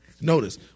Notice